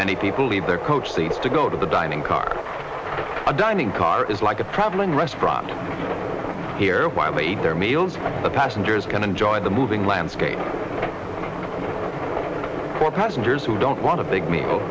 many people leave their coach seats to go to the dining car a dining car is like a traveling restaurant here while they eat their meals the passengers can enjoy the moving landscape for passengers who don't want a big me